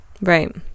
Right